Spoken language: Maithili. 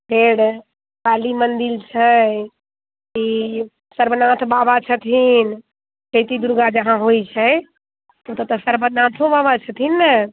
फेर काली मंदिर छै ई सर्वनाथ बाबा छथिन चैती दुर्गा जहाँ होइत छै ओतऽ तऽ सर्वनाथो बाबा छथिन ने